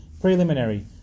Preliminary